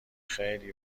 خیلی